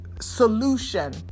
solution